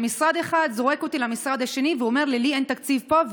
שמשרד אחד זורק אותי למשרד השני ואומר: לי אין תקציב פה,